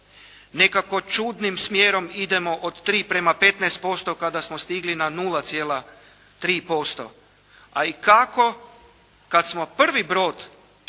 Nekako čudnim smjerom idemo od 3 prema 15% kada smo stigli na 0,3%. A i kako kad smo prvi brod